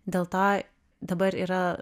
dėl to dabar yra